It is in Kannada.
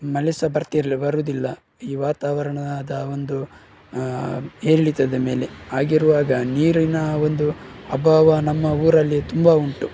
ಮಳೆ ಸ ಬರ್ತಿರಲ್ಲ ಬರುವುದಿಲ್ಲ ಈ ವಾತಾವರಣದ ಒಂದು ಏರಿಳಿತದ ಮೇಲೆ ಹಾಗಿರುವಾಗ ನೀರಿನ ಒಂದು ಅಭಾವ ನಮ್ಮ ಊರಲ್ಲಿ ತುಂಬ ಉಂಟು